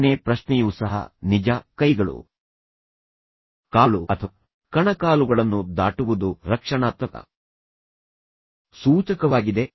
ಆರನೇ ಪ್ರಶ್ನೆಯೂ ಸಹ ನಿಜ ಕೈಗಳು ಕಾಲುಗಳು ಅಥವಾ ಕಣಕಾಲುಗಳನ್ನು ದಾಟುವುದು ರಕ್ಷಣಾತ್ಮಕ ಸೂಚಕವಾಗಿದೆ